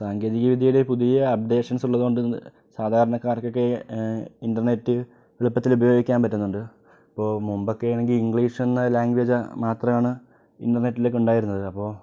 സാങ്കേതിക വിദ്യയുടെ പുതിയ അപ്ഡേഷൻസ് ഉള്ളത് കൊണ്ട് സാധാരണക്കാർക്കൊക്കെ ഇൻ്റർനെറ്റ് എളുപ്പത്തില് ഉപയോഗിക്കാൻ പറ്റുന്നുണ്ട് ഇപ്പോൾ മുമ്പൊക്കെയാണെങ്കിൽ ഇംഗ്ലീഷെന്ന ലാംഗ്വേജ് മാത്രമാണ് ഇൻ്റർനെറ്റിലക്കെ ഉണ്ടായിരുന്നത് അപ്പോൾ